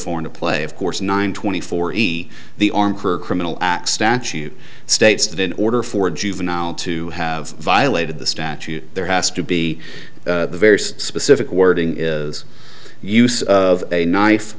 foreign to play of course nine twenty four the arm for criminal act statute states did in order for juvenile to have violated the statute there has to be very specific wording is use of a knife